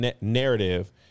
narrative